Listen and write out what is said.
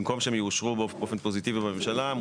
במקום שהם יאושרו באופן פוזיטיבי בממשלה,